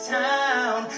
town